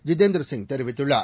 ஜிதேந்திர சிங் தெரிவித்துள்ளார்